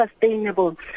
sustainable